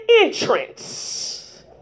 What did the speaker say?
entrance